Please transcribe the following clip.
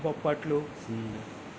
బొప్పట్లు